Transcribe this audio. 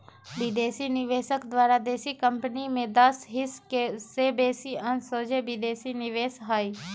विदेशी निवेशक द्वारा देशी कंपनी में दस हिस् से बेशी अंश सोझे विदेशी निवेश हइ